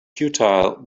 futile